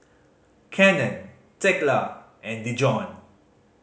Cannon Thekla and Dijon